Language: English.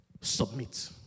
submit